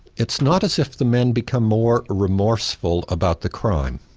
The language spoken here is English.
it's not as if the men become more remorseful about the crime,